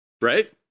Right